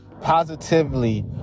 positively